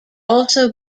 also